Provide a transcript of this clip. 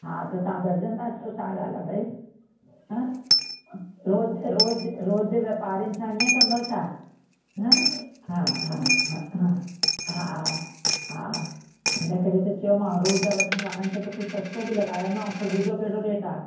हा त तव्हां दर्जन था चओ छा ॻाल्हि आहे भई हं रोज़ु रोज़ु रोज़ जे वापारियुनि सां इअं कंदव छा हं हा हा हा हा हा हा हा इन करे त चयोमांव रोज़ जे वठण वारनि खे त कुझु सस्तो बि लॻायो न ऐं खरबूजो कहिड़ो रेट आहे